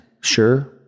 sure